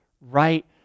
right